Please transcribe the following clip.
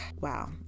wow